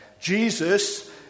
Jesus